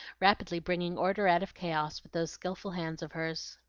rapidly bringing order out of chaos with those skilful hands of hers.